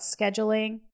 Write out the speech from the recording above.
scheduling